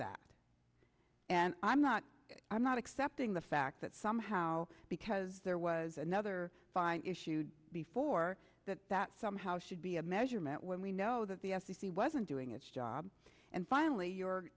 that and i'm not i'm not accepting the fact that somehow because there was another fine issued before that that somehow should be a measurement when we know that the f c c wasn't doing its job and finally your